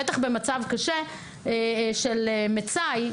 בטח במצב קשה של מצאי,